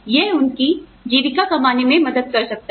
यह उनकी जीविका कमाने में मदद कर सकता है